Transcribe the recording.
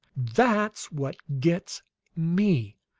that's what gets me!